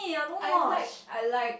I like I like